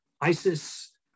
ISIS